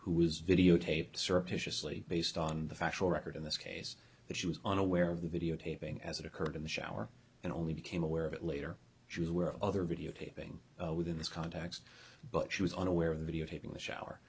who was videotaped surreptitiously based on the factual record in this case that she was unaware of the videotaping as it occurred in the shower and only became aware of it later jews were other videotaping within this context but she was unaware of the video taping the shower